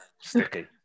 Sticky